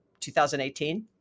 2018